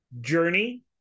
journey